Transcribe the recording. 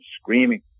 screaming